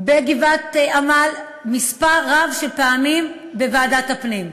בגבעת-עמל מספר רב של פעמים בוועדת הפנים.